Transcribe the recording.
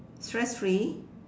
stress free